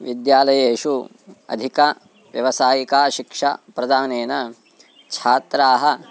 विद्यालयेषु अधिकाः व्यवसायिकाः शिक्षाप्रदानेन छात्राः